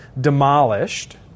demolished